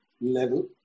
level